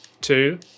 two